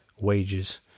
wages